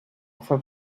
for